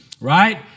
right